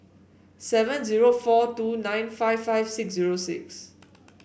seven zero four two nine five five six zero six